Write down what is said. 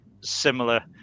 similar